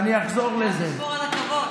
אתה חייב לשמור על הכבוד.